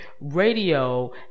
Radio